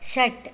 षट्